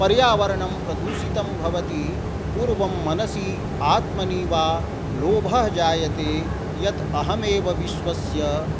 पर्यावरणं प्रदूषितं भवति पूर्वं मनसि आत्मनि वा लोभः जायते यत् अहमेव विश्वस्य